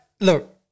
look